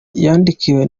yandikiwe